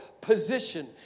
position